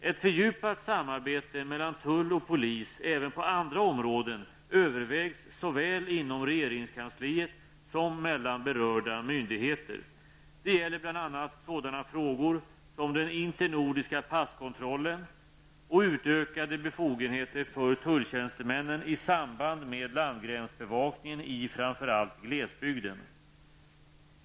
Ett fördjupat samarbete mellan tull och polis även på andra områden övervägs såväl inom regeringskansliet som mellan berörda myndigheter. Det gäller bl.a. sådana frågor som den internordiska passkontrollen och utökade befogenheter för tulltjänstemännen i samband med landgränsbevakningen i framför allt glesbygden.